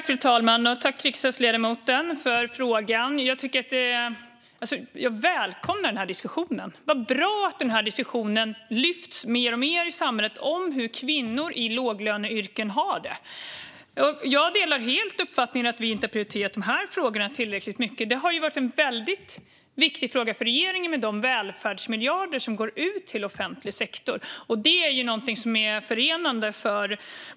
Fru talman! Jag tackar riksdagsledamoten för frågan. Jag välkomnar denna diskussion. Det är bra att diskussionen om hur kvinnor i låglöneyrken har det lyfts upp mer och mer i samhället. Jag delar helt uppfattningen att detta inte har varit tillräckligt prioriterat, och det har därför varit en viktig fråga för regeringen med de välfärdsmiljarder som går ut till offentlig sektor.